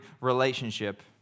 relationship